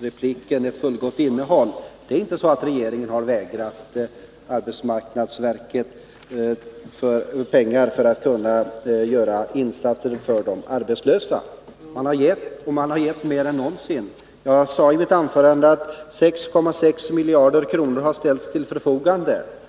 repliken ett fullgott innehåll. Regeringen har inte vägrat arbetsmarknadsverket pengar för att kunna göra insatser för de arbetslösa. Man har givit mer än någonsin. Som jag sade förut, har 6,6 miljarder kronor ställts till förfogande.